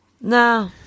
No